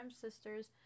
Sisters